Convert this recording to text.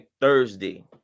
Thursday